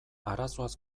arazoaz